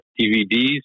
DVDs